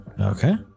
Okay